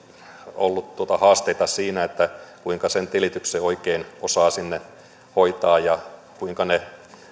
ollut haasteita siinä kuinka sen tilityksen oikein osaa hoitaa ja kuinka ne